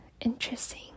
interesting